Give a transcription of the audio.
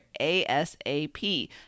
ASAP